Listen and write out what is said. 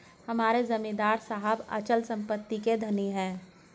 हमारे जमींदार साहब अचल संपत्ति के धनी हैं